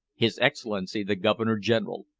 his excellency the governor-general,